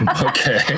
okay